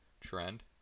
trend